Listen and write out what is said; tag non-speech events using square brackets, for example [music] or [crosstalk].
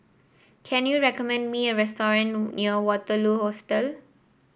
can you recommend me a restaurant [unintelligible] near Waterloo Hostel